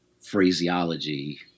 phraseology